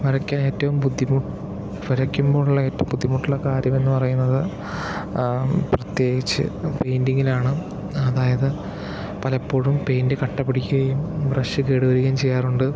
വരക്കാൻ ഏറ്റവും ബുദ്ധിമു വരക്കുമ്പോളുള്ള ഏറ്റവും ബുദ്ധിമുട്ടുള്ള കാര്യം എന്ന് പറയുന്നത് പ്രത്യേകിച്ച് പെയിന്റിങ്ങിലാണ് അതായത് പലപ്പോഴും പെയിന്റ് കട്ട പിടിക്കുകയും ബ്രഷ് കേടുവരികയും ചെയ്യാറുണ്ട്